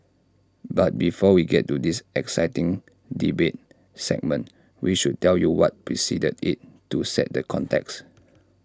but before we get to this exciting debate segment we should tell you what preceded IT to set the context